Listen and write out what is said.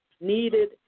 needed